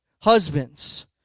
husbands